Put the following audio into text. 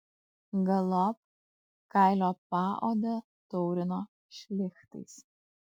galop kailio paodę taurino šlichtais